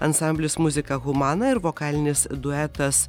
ansamblis muzika humana ir vokalinis duetas